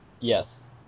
Yes